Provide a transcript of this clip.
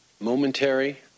momentary